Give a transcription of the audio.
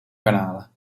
garnalen